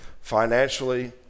Financially